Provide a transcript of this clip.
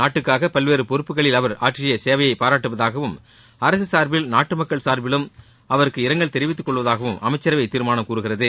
நாட்டுக்காக பல்வேறு பொறுப்புக்களில் அவர் ஆற்றிய சேவையை பாராட்டுவதாகவும் அரசு சார்பிலும் நாட்டு மக்கள் சார்பிலும் அவருக்கு இரங்கல் தெரிவித்துக்கொள்வதாகவும் அமைச்சரவை தீர்மானம் கூறுகிறது